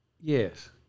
Yes